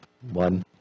One